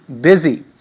busy